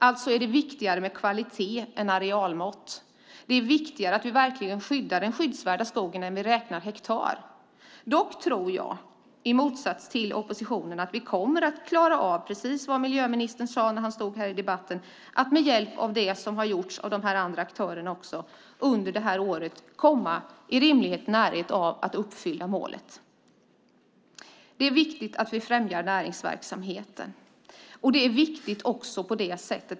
Alltså är det viktigare med kvalitet än med arealmått. Det är viktigare att vi skyddar den skyddsvärda skogen än att vi räknar hektar. I motsats till oppositionen tror jag att vi, precis som miljöministern sade i debatten, med hjälp av det som har gjorts av andra aktörer kommer att komma i närheten av att uppfylla målet. Det är viktigt att vi främjar näringsverksamheten.